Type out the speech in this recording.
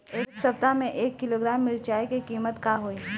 एह सप्ताह मे एक किलोग्राम मिरचाई के किमत का होई?